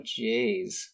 jeez